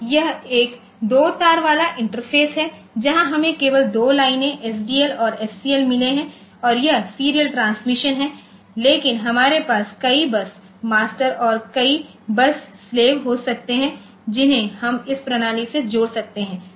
तो यह एक दो तार वाला इंटरफ़ेस है जहां हमें केवल दो लाइनें एसडीए और एससीएल मिले हैं और यह सीरियल ट्रांसमिशन है लेकिन हमारे पास कई बस मास्टर और कई बस स्लेव हो सकते हैं जिन्हें हम इस प्रणाली से जोड़ सकते हैं